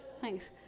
Thanks